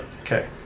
Okay